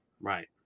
Right